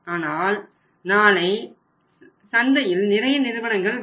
ஆனால் நாளை சந்தையில் நிறைய நிறுவனங்கள் வரும்